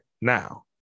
Now